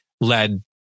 led